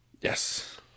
yes